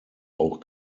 auch